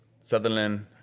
Sutherland